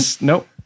Nope